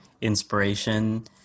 inspiration